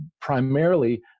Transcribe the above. primarily